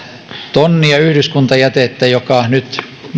tonnia yhdyskuntajätettä joka nyt